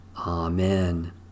Amen